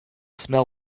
smell